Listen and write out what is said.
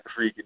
freaking